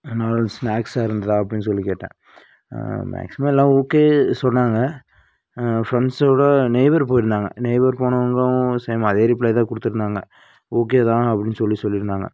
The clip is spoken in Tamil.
நல்ல ஸ்நாக்ஸாக இருந்ததா அப்படின்னு சொல்லி கேட்டேன் மேக்சிமம் எல்லா ஓகே சொன்னாங்கள் ஃபிரெண்ட்ஸோட நெய்பர் போயிருந்தாங்க நெய்பர் போனவங்களும் சேம் அதே ரிப்ளே தான் கொடுத்துருந்தாங்க ஓகே தான் அப்படின்னு சொல்லி சொல்லிருந்தாங்கள்